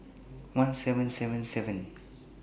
one seven seven seven